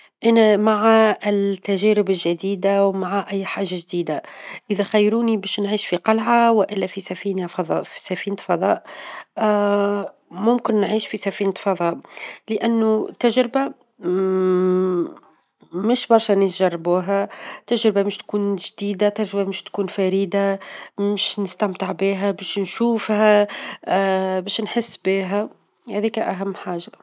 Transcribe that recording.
أنا مع التجارب الجديدة ومع أي حاجة جديدة، إذا خيروني باش نعيش في قلعة، والا في -سفينة فظا- سفينة فضاء، ممكن نعيش في سفينة فظاء، لإنه التجربة مش برشا ناس جربوها، تجربة مش تكون جديدة، تجربة مش تكون فريدة، مش نستمتع بها، باش نشوفها، باش نحس بها، هذيك أهم حاجة.